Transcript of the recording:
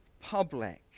public